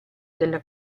della